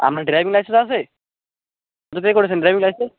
আপনার driving licence আছে কোথা থেকে করেছেন ড্রাইভিং লাইসেন্স